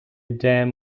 dam